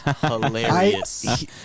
hilarious